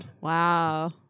wow